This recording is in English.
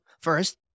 first